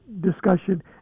discussion